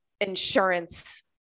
insurance